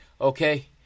okay